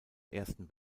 ersten